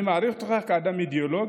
אני מעריך אותי כאדם אידיאולוג,